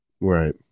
right